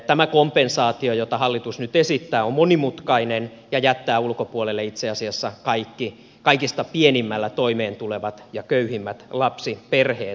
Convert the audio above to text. tämä kompensaatio jota hallitus nyt esittää on monimutkainen ja jättää ulkopuolelle itse asiassa kaikista pienimmällä toimeen tulevat ja köyhimmät lapsiperheet